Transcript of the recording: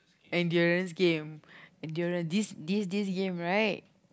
endurance game endurance this this this game right